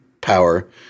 power